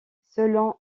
selon